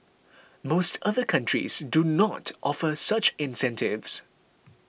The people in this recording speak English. most other countries do not offer such incentives